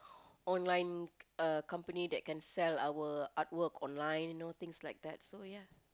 online uh company that can sell our artwork online you know things like that so ya